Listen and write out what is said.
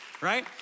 right